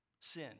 sin